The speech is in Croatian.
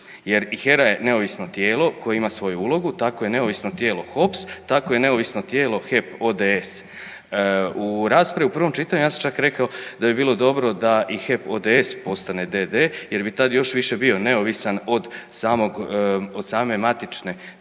jer i HERA je neovisno tijelo koje ima svoju ulogu, tako je neovisno tijelo HOPS, tako je neovisno tijelo HEP ODS. U raspravi u prvom čitanju ja sam čak rekao da bi bilo dobro da i HEP ODS postane d.d. jer bi tad još više bio neovisan od same matične